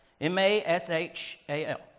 M-A-S-H-A-L